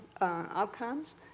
outcomes